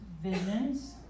Visions